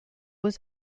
was